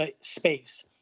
space